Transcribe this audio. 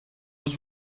was